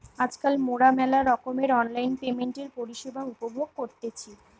আজকাল মোরা মেলা রকমের অনলাইন পেমেন্টের পরিষেবা উপভোগ করতেছি